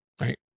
right